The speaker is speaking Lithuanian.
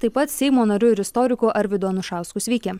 taip pat seimo nariu ir istoriku arvydu anušausku sveiki